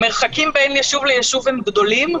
המרחקים בין ישוב לישוב גדולים,